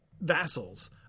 vassals